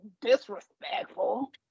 disrespectful